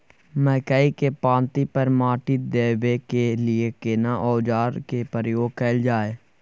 मकई के पाँति पर माटी देबै के लिए केना औजार के प्रयोग कैल जाय?